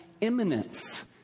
imminence